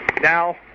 now